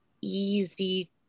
easy